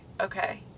okay